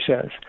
says